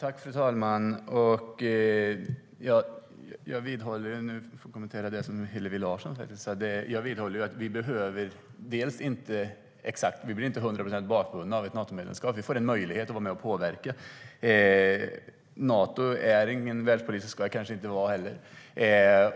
Fru talman! För att kommentera det som Hillevi Larsson säger: Jag vidhåller att vi inte blir hundraprocentigt bakbundna av ett Natomedlemskap. Vi får en möjlighet att vara med och påverka. Nato är ingen världspolis och ska kanske inte vara det heller.